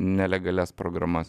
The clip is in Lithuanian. nelegalias programas